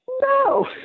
no